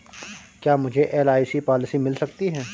क्या मुझे एल.आई.सी पॉलिसी मिल सकती है?